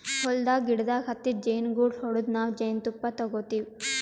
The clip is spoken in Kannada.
ಹೊಲದ್ದ್ ಗಿಡದಾಗ್ ಹತ್ತಿದ್ ಜೇನುಗೂಡು ಹೊಡದು ನಾವ್ ಜೇನ್ತುಪ್ಪ ತಗೋತಿವ್